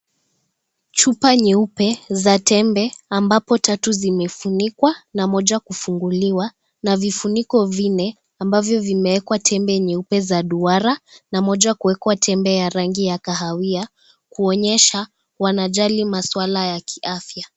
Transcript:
Chupa nyeupe za tembe ambapo tatu zimefunikwa na moja kufunguliwa, na vifuniko vinne ambavyo vimewekwa tembe nyeupe za duara na moja kuwekwa tembe ya rangi ya kahawia kuonyesha wanajali maswala ya kiafya.